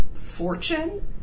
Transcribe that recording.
fortune